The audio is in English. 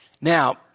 Now